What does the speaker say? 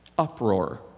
uproar